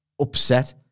upset